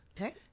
Okay